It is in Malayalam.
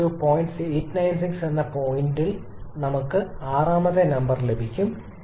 896 എന്നിട്ട് പോയിന്റ് നമ്പർ 6 ന് നമുക്ക് എന്ത് പറയാൻ കഴിയും